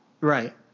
Right